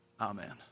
Amen